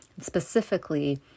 specifically